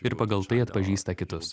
ir pagal tai atpažįsta kitus